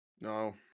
No